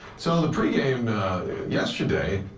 so the pregame yesterday,